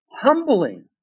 humbling